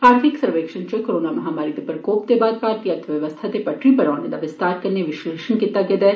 आर्थिक सर्वेक्षण च कोरोना महामारी दे प्रकोप दे बाद भारतीय अर्थ व्यवस्था दे पटरी पर औना दा विस्तार कन्नै विष्लेशण कीता गेदा ऐ